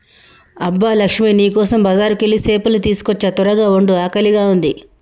అబ్బ లక్ష్మీ నీ కోసం బజారుకెళ్ళి సేపలు తీసుకోచ్చా త్వరగ వండు ఆకలిగా ఉంది